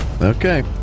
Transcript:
Okay